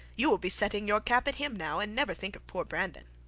you will be setting your cap at him now, and never think of poor brandon.